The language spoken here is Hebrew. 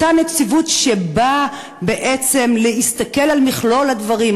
אותה נציבות שבאה בעצם להסתכל על מכלול הדברים,